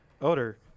odor